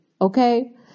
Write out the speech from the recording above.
Okay